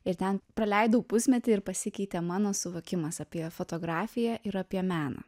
ir ten praleidau pusmetį ir pasikeitė mano suvokimas apie fotografiją ir apie meną